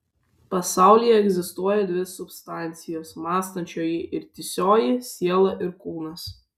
pasaulyje egzistuoja dvi substancijos mąstančioji ir tįsioji siela ir kūnas